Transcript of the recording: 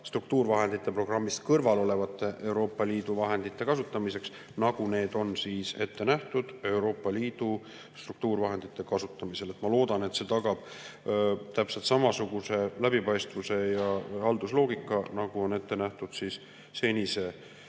struktuurivahendite programmist kõrval olevate Euroopa Liidu vahendite kasutamiseks, nagu need on ette nähtud Euroopa Liidu struktuurivahendite kasutamisel. Ma loodan, et see tagab täpselt samasuguse läbipaistvuse ja haldusloogika, nagu on ette nähtud senise